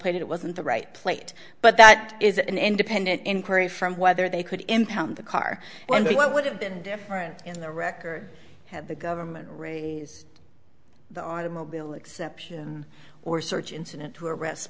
it it wasn't the right plate but that is an independent inquiry from whether they could impound the car and what would have been different in the record had the government raise the automobile exception or search incident to arrest